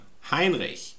heinrich